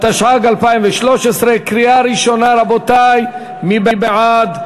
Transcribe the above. התשע"ג 2013, קריאה ראשונה, רבותי, מי בעד?